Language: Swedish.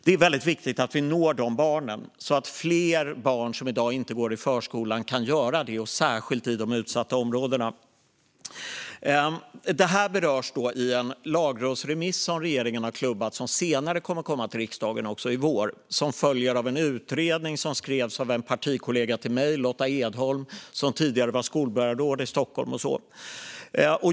Det är väldigt viktigt att vi når de barnen, så att fler barn som i dag inte går i förskolan kan göra det, särskilt i de utsatta områdena. Detta berörs i en lagrådsremiss som regeringen har klubbat - detta kommer att komma till riksdagen senare i vår. Den följer av en utredning som skrevs av en partikollega till mig, Lotta Edholm, som tidigare var skolborgarråd i Stockholm.